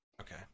Okay